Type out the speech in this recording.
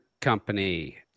company